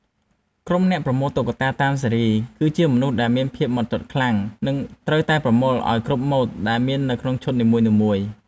ក្រុមអ្នកប្រមូលតុក្កតាតាមស៊េរី គឺជាមនុស្សដែលមានភាពហ្មត់ចត់ខ្លាំង និងត្រូវតែប្រមូលឱ្យគ្រប់ម៉ូដដែលមាននៅក្នុងឈុតនីមួយៗ។